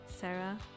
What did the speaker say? Sarah